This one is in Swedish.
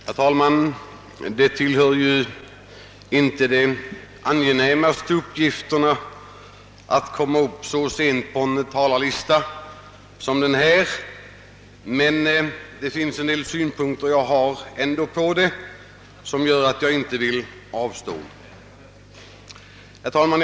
Herr talman! Det är ju inte någon särskilt angenäm uppgift att gå upp i talarstolen i ett så sent skede av debatten. Jag har emellertid några synpunkter på dessa frågor som jag inte vill avstå från att framföra.